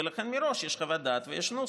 ולכן מראש יש חוות דעת ויש נוסח.